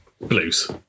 blues